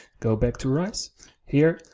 go back to rise here.